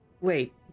Wait